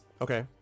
Okay